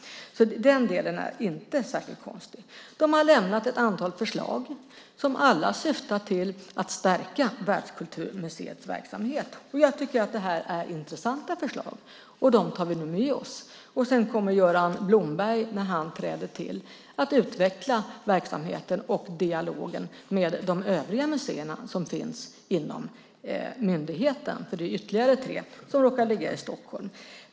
Den delen är inte särskilt konstig. De har lämnat ett antal förslag som alla syftar till att stärka Världskulturmuseets verksamhet, och jag tycker att det är intressanta förslag. Dem tar vi nu med oss. Sedan kommer Göran Blomberg när han tillträder att utveckla verksamheten och dialogen med de övriga museerna som finns inom myndigheten. Det är nämligen ytterligare tre som råkar ligga i Stockholm.